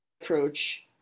approach